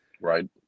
Right